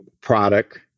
product